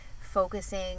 focusing